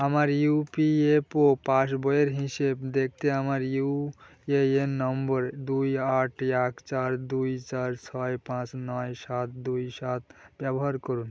আমার ইউপিএফও পাসবইয়ের হিসেব দেখতে আমার ইউএএন নম্বর দুই আট এক চার দুই চার ছয় পাঁচ নয় সাত দুই সাত ব্যবহার করুন